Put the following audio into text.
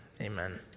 Amen